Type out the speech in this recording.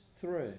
three